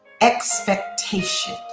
expectation